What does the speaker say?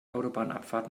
autobahnabfahrt